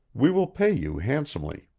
we will pay you handsomely.